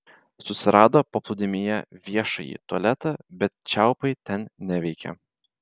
susirado paplūdimyje viešąjį tualetą bet čiaupai ten neveikė